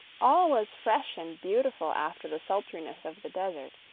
all was fresh and beautiful after the sultriness of the desert,